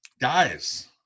guys